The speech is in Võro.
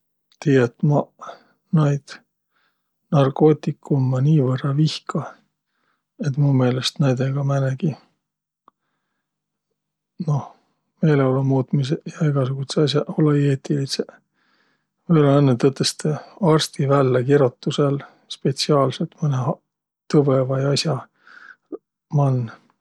Tiiät, maq naid narkootikummõ niivõrra vihka, et mu meelest näidega määnegi, noh, meeleolomuutmisõq ja egäsugudsõq as'aq olõ-õi eetilidseq. Või-ollaq õnnõ tõtõstõ arsti välläkirotusõl spetsiaalsõlt mõnõ ha- tõvõ vai as'a man.